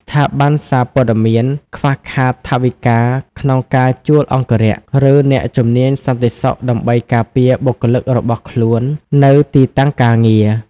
ស្ថាប័នសារព័ត៌មានខ្វះខាតថវិកាក្នុងការជួលអង្គរក្ស ឬអ្នកជំនាញសន្តិសុខដើម្បីការពារបុគ្គលិករបស់ខ្លួននៅទីតាំងការងារ។